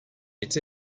its